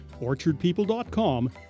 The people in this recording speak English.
OrchardPeople.com